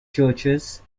churches